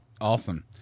awesome